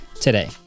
today